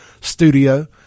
Studio